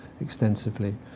extensively